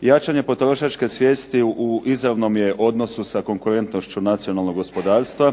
Jačanje potrošačke svijesti u izravnom je odnosu sa konkurentnošću nacionalnog gospodarstva.